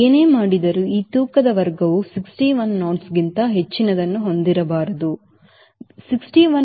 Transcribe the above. ನೀವು ಏನೇ ಮಾಡಿದರೂ ಈ ತೂಕದ ವರ್ಗವು 61 knotsಗಿಂತ ಹೆಚ್ಚಿನದನ್ನು ಹೊಂದಿರಬಾರದು Vstall